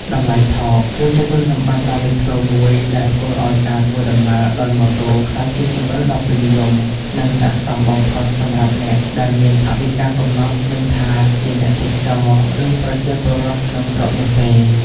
តម្លៃថោក គឺជាគុណសម្បត្តិដ៏លេចធ្លោមួយដែលធ្វើឱ្យការធ្វើដំណើរដោយម៉ូតូក្លាយជាជម្រើសដ៏ពេញនិយម និងស័ក្តិសមបំផុតសម្រាប់អ្នកដែលមានថវិកាកំណត់ មិនថាជាអ្នកទេសចរណ៍ ឬប្រជាពលរដ្ឋក្នុងស្រុកនោះទេ។